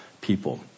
people